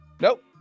Nope